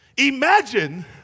Imagine